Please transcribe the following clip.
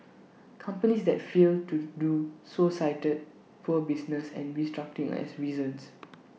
companies that failed to do so cited poor business and restructuring as reasons